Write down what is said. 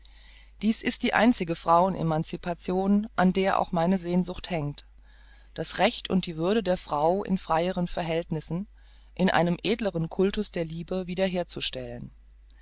dies ist die einzige frauen emancipation an der auch meine sehnsucht hängt das recht und die würde der frauen in freieren verhältnissen in einem edleren cultus der liebe wieder